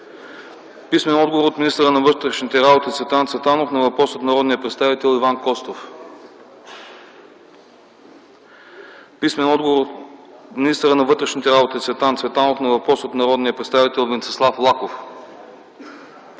писмен отговор от министъра на вътрешните работи Цветан Цветанов на въпрос от народния представител Иван Костов. - писмен отговор от министъра на вътрешните работи Цветан Цветанов на въпрос от народния представител Венцислав Лаков;